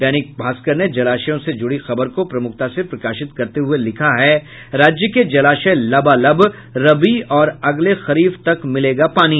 दैनिक भास्कर ने जलाशयों से जुड़ी खबर को प्रमुखता से प्रकाशित करते हुये लिखा है राज्य के जलाशय लबालब रबी और अगले खरीफ तक मिलेगा पानी